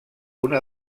una